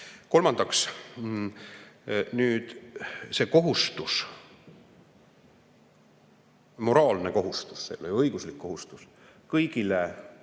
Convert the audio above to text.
Kolmandaks see kohustus, moraalne kohustus, õiguslik kohustus kõigile